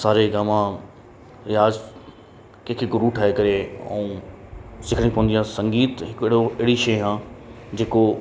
सारेगामा रियास कंहिंखे गुरू ठाहे करे ऐं सिखणी पवंदी आहे ऐं संगीत हिकिड़ो अहिड़ी शइ आहे जेको